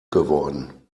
geworden